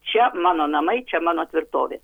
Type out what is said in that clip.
čia mano namai čia mano tvirtovė